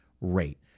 rate